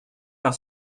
par